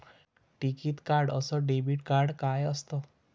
टिकीत कार्ड अस debit card काय असत?